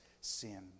sin